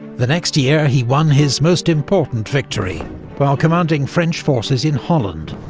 the next year he won his most important victory while commanding french forces in holland,